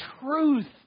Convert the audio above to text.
truth